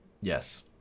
Yes